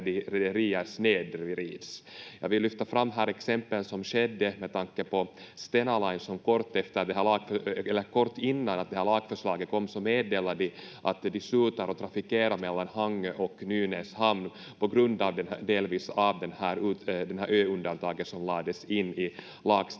rederier snedvrids? Jag vill här lyfta fram ett exempel som skedde med tanke på Stena Line, som kort innan det här lagförslaget kom meddelade att de slutar att trafikera mellan Hangö och Nynäshamn delvis på grund av det här ö-undantaget som lades in i lagstiftningen.